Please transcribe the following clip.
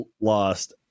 lost